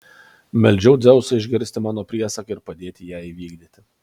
meldžiau dzeusą išgirsti mano priesaką ir padėti ją įvykdyti